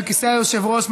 בכיסא היושב-ראש,